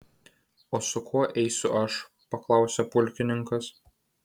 o su kuo eisiu aš paklausė pulkininkas